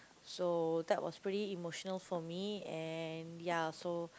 so that was pretty emotional for me and ya so